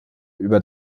über